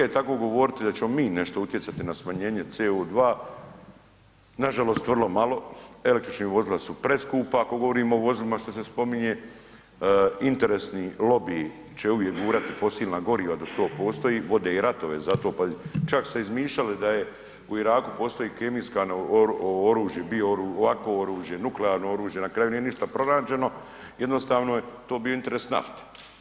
Tako govoriti da ćemo mi nešto utjecati na smanjenje CO2, nažalost vrlo malo, električna vozila su preskupa ako govorimo o vozilima što se spominje, interesni lobiji će uvijek gurati fosilna goriva dok to postoji, vode i ratove za to pa čak se izmišljalo da je u Iraku postoji kemijska oružje, bio oružje, ovakvo oružje, nuklearno oružje, na kraju nije ništa pronađeno, jednostavno je to bio interes nafte.